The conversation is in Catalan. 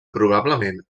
probablement